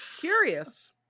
Curious